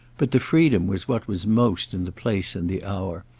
but the freedom was what was most in the place and the hour,